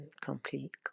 complete